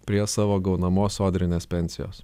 prie savo gaunamos sodrinės pensijos